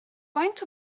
faint